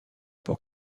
pour